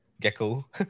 gecko